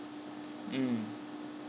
mm